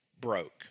broke